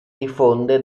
diffonde